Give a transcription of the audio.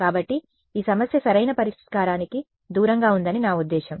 కాబట్టి ఈ సమస్య సరైన పరిష్కారానికి దూరంగా ఉందని నా ఉద్దేశ్యం